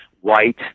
white